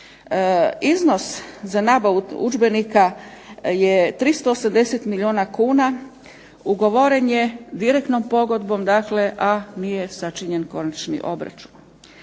Iznos za nabavu udžbenika je 380 milijuna kuna. Ugovoren je direktnom pogodbom, dakle a nije sačinjen konačni obračun.